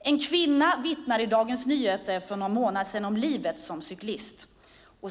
En kvinna vittnade i Dagens Nyheter för någon månad sedan om livet som cyklist i Stockholm.